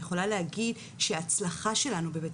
אני יכולה להגיד שההצלחה שלנו בבית